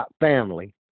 family